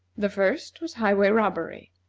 the first was highway robbery,